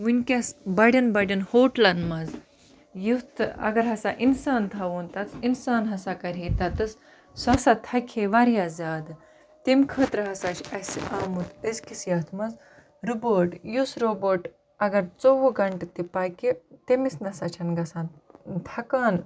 وٕنۍکٮ۪س بَڑٮ۪ن بَڑٮ۪ن ہوٹلَن منٛز یُتھ اگر ہَسا اِنسان تھاوُن تَس اِنسان ہَسا کَرِ ہے تَتٮ۪تھ سُہ ہَسا تھَکہِ ہے واریاہ زیادٕ تَمہِ خٲطرٕ ہَسا چھُ اَسہِ آمُت أزۍکِس یَتھ منٛز رُبوٹ یُس روبوٹ اگر ژوٚوُہ گَنٹہٕ تہِ پَکہِ تٔمِس نَسا چھَنہٕ گژھان تھَکان